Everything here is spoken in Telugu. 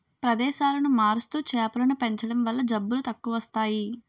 ప్రదేశాలను మారుస్తూ చేపలను పెంచడం వల్ల జబ్బులు తక్కువస్తాయి